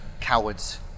cowards